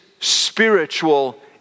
spiritual